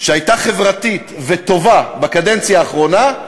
שהייתה חברתית וטובה בקדנציה האחרונה,